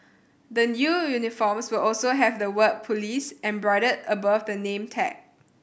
the new uniforms will also have the word police embroidered above the name tag